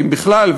אם בכלל,